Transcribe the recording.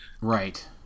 Right